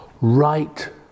right